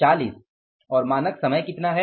40 और मानक समय कितना है